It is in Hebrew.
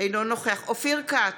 אינו נוכח אופיר כץ,